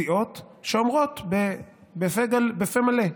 סיעות שאומרות בפה מלה,